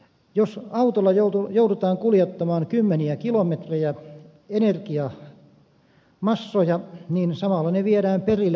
jos autolla joudutaan kuljettamaan kymmeniä kilometrejä energiamassoja niin samalla ne viedään perille asti